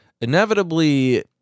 inevitably